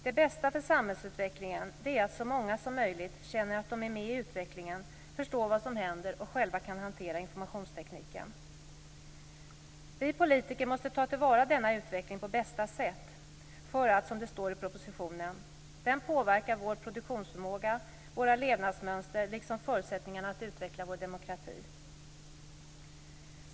Det bästa för samhällsutvecklingen är att så många som möjligt känner att de är med i utvecklingen, förstår vad som händer och själva kan hantera informationstekniken. Vi politiker måste ta till vara denna utveckling på bästa sätt därför att den, som det står i propositionen, påverkar vår produktionsförmåga och vårt levnadsmönster liksom förutsättningarna för att utveckla vår demokrati.